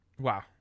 wow